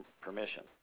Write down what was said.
permission